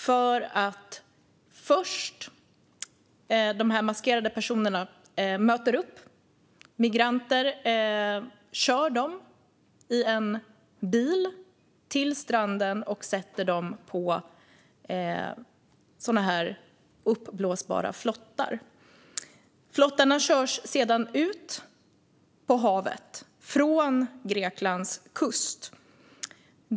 Först möter de här maskerade personerna upp migranter, kör dem i bil till stranden och sätter dem på uppblåsbara flottar. Flottarna körs sedan ut på havet från Greklands kust.